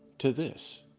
to this,